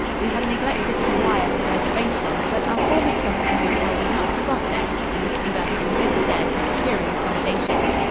we had neglected to wire for reservation, but our former stop at the hotel was not forgotten and this stood us in good stead in securing accommodations.